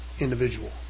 individual